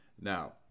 Now